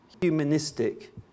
humanistic